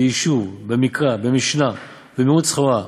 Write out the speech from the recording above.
ביישוב, במקרא, במשנה, במיעוט סחורה,